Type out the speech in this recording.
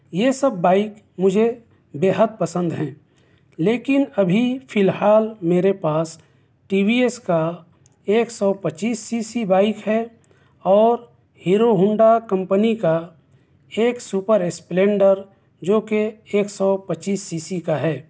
یہ سب بائیک مجھے بے حد پسند ہیں لیکن ابھی فی الحال میرے پاس ٹی وی ایس کا ایک سو پچیس سی سی بائیک ہے اور ہیرو ہونڈا کمپنی کا ایک سوپر اسپلنڈر جو کہ ایک سو پچیس سی سی کا ہے